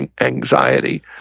anxiety